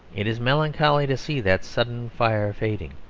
it is melancholy to see that sudden fire fading.